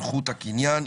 זכות הקניין,